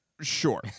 Sure